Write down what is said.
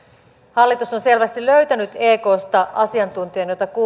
hallitus on selvästi löytänyt eksta asiantuntijan jota